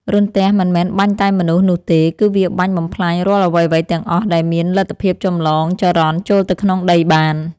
រន្ទះមិនមែនបាញ់តែមនុស្សនោះទេ គឺវាបាញ់បំផ្លាញរាល់អ្វីៗទាំងអស់ដែលមានលទ្ធភាពចម្លងចរន្តចូលទៅក្នុងដីបាន។